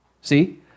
see